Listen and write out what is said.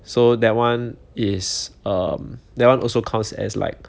so that one is um that one also counts as like